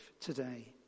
today